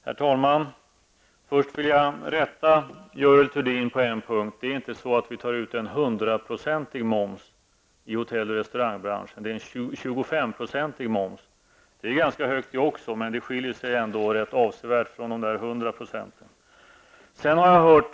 Herr talman! Först vill jag rätta Görel Thurdin på en punkt. Det är inte så att vi tar ut en 100 procentig moms i hotell och restaurangbranschen -- det är en 25-procentig moms. Det är ganska högt det också, men det är ändå rätt långt från 100 %.